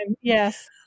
yes